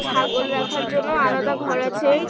ছাগল রাখার জন্য আলাদা ঘর আছে